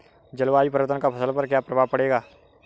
जलवायु परिवर्तन का फसल पर क्या प्रभाव पड़ेगा?